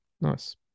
Nice